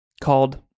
called